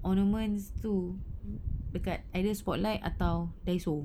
ornaments tu dekat either spotlight atau daiso